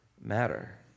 matter